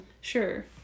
Sure